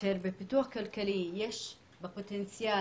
בפיתוח כלכלי יש פוטנציאל,